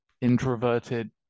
introverted